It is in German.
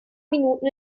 minuten